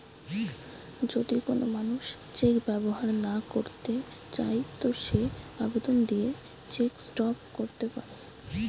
যদি কোন মানুষ চেক ব্যবহার না কইরতে চায় তো সে আবেদন দিয়ে চেক স্টপ ক্যরতে পারে